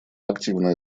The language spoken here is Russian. активное